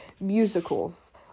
Musicals